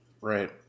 Right